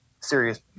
serious